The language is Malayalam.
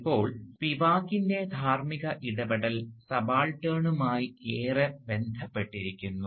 ഇപ്പോൾ സ്പിവാക്കിൻറെ ധാർമ്മിക ഇടപെടൽ സബാൾട്ടേണ്മായി ഏറെ ബന്ധപ്പെട്ടിരിക്കുന്നു